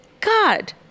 god